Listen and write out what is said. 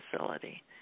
facility